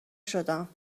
شدم